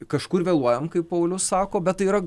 kažkur vėluojam kaip paulius sako bet tai yra